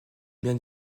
bien